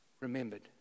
remembered